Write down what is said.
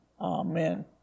Amen